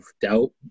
doubt